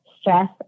stress